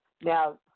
Now